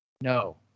No